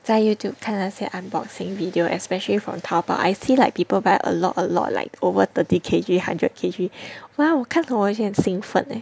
在 Youtube 看那些 unboxing video especially from 淘宝 I see like people buy a lot a lot like over thirty K_G hundred K_G !wow! 我看 hor 我会觉得很兴奋 leh